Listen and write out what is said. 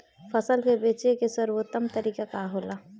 फसल के बेचे के सर्वोत्तम तरीका का होला?